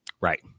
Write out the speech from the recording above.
Right